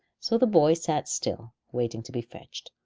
so the boy sat still, waiting to be fetched.